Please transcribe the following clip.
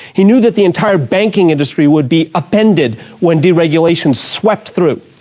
he knew that the entire banking industry would be upended when deregulation swept through.